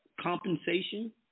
compensation